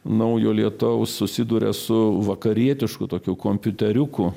naujo lietaus susiduria su vakarietišku tokių kompiuteriuku